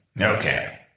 Okay